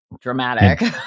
dramatic